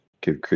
give